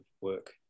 work